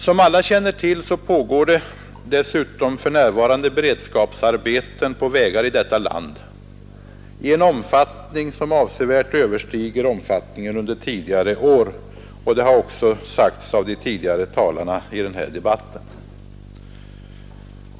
Som alla känner till pågår dessutom för närvarande beredskapsarbeten på vägar i detta land i en omfattning som avsevärt överstiger omfattningen under tidigare år — och det har också sagts av de tidigare talarna i den här debatten.